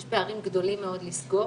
יש פערים גדולים מאוד לסגור.